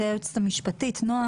(עילות חיפוש בלא צו בית משפט) (הוראת שעה),